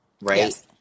right